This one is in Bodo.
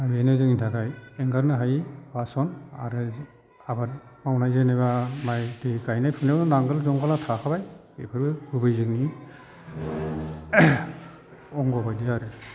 दा बेनो जोंनि थाखाय एंगारनो हायै बासन आरो आबाद मावनाय जेनेबा माइ दै गायनाय फुनायाव नांगाल जुंगालआ थाखाबाय बेफोरबो गुबै जोंनि अंग बायदि आरो